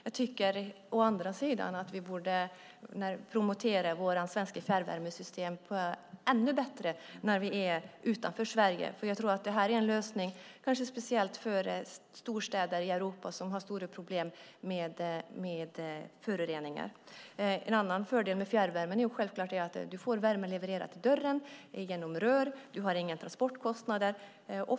Jag tycker å andra sidan att vi borde promota vårt svenska fjärrvärmesystem ännu bättre när vi är utanför Sverige. Jag tror att det här är en lösning kanske speciellt för storstäder i Europa som har stora problem med föroreningar. En annan fördel med fjärrvärmen är självklart att du får värmen levererad till dörren genom rör. Du har inga transportkostnader.